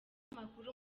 umunyamakuru